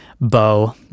Bo